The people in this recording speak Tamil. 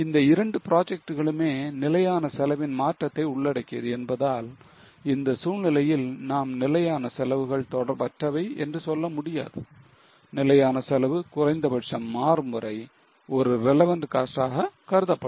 இந்த 2 projects களுமே நிலையான செலவின் மாற்றத்தை உள்ளடக்கியது என்பதால் இந்த சூழ்நிலையில் நாம் நிலையான செலவுகள் தொடர்பற்றவை என்று சொல்ல முடியாது நிலையான செலவு குறைந்த பட்சம் மாறும் வரை ஒரு relevant cost ஆக கருதப்படும்